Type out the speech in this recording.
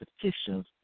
petitions